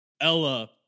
Ella